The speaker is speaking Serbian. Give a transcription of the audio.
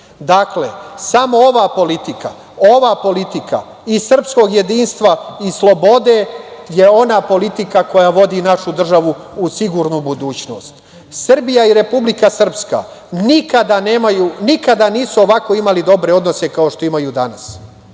samo ova politika, ova politika i srpskog jedinstva i slobode je ona politika koja vodi našu državu u sigurnu budućnost. Srbija i Republika Srpska nikada nisu ovako imale dobre odnose kao što imaju danas,